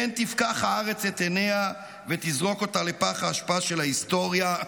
פן תפקח הארץ את עיניה ותזרוק אותה לפח האשפה של ההיסטוריה,